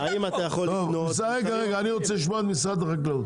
אני רוצה לשמוע את משרד החקלאות.